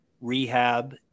rehab